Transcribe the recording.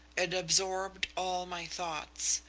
it absorbed all my thoughts.